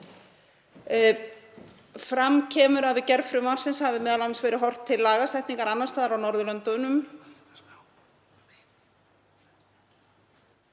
Fram kemur að við gerð frumvarpsins hafi m.a. verið horft til lagasetningar annars staðar á Norðurlöndunum